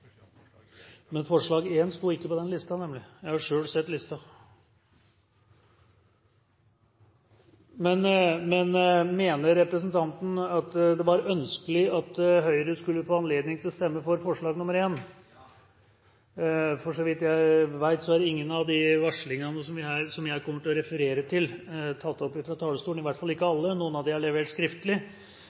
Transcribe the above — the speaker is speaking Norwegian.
Men mener representanten at det var ønskelig at Høyre skulle få anledning til å stemme for forslag nr. 1? Så vidt jeg vet, er ingen av de varslingene som jeg kommer til å referere til, tatt opp fra talerstolen, i hvert fall ikke alle. Noen av dem er levet skriftlig,